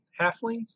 halflings